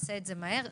נעשה את זה מהר יחסית.